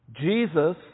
Jesus